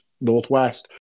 northwest